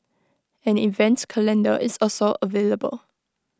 an event calendar is also available